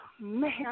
man